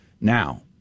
Now